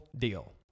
deal